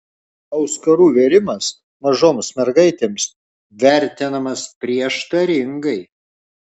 auskarų vėrimas mažoms mergaitėms vertinamas prieštaringai